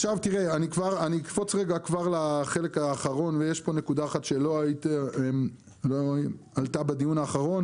אני אקפוץ לחלק האחרון ויש פה נקודה אחת שלא עלתה בדיון האחרון